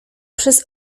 przez